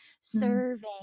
serving